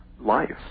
life